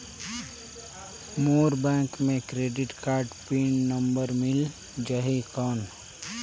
मोर bank मे credit card PIN number मिल जाहि कौन?